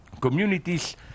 communities